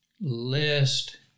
lest